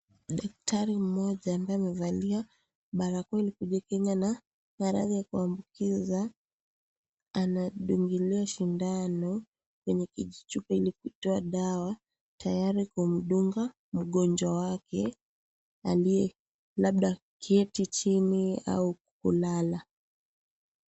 Daktari mmoja ambaye amevalia barakoa Ili kujikinga na maradhi ya kuambukiza anadungikilia sindano kwenye hiki chupa Ili kutoa dawa, tayari kumdunga mgonjwa wake aliye labda keti chini au kulala.